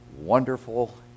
wonderful